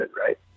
right